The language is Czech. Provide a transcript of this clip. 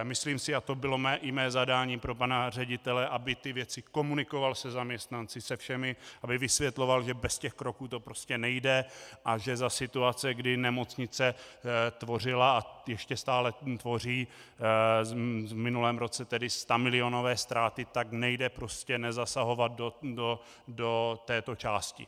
Myslím si a to bylo i mé zadání pro pana ředitele, aby ty věci komunikoval se zaměstnanci, se všemi, aby vysvětloval, že bez těch kroků to prostě nejde a že za situace, kdy nemocnice tvořila a ještě stále tvoří, v minulém roce tedy, stamilionové ztráty, tak nejde prostě nezasahovat do této části.